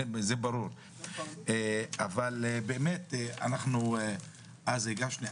אבל באמת אנחנו אז הגשנו,